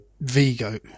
Vigo